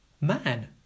Man